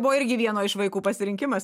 buvo irgi vieno iš vaikų pasirinkimas